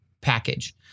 package